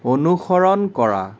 অনুসৰণ কৰা